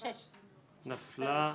6 נמנעים,